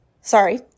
sorry